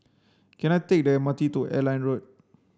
can I take the M R T to Airline Road